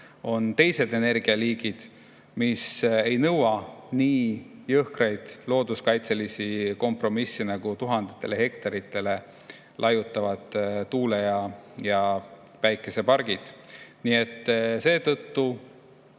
on teised energialiigid, mis ei nõua nii jõhkraid looduskaitselisi kompromisse, nagu on tuhandetel hektaritel laiutavad tuule- ja päikesepargid. Nii et seetõttu